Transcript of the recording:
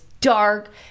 dark